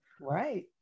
Right